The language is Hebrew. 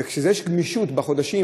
וכשיש גמישות בחודשים,